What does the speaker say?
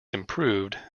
improved